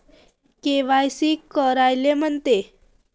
KYC कायले म्हनते?